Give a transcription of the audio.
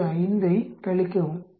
5 ஐக் கழிக்கவும் 0